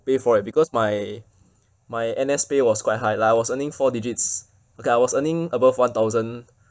pay for it because my my N_S pay was quite high lah I was earning four digits okay I was earning above one thousand